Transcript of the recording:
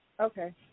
Okay